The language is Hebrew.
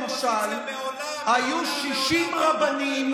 למשל היום 60 רבנים,